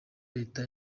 leta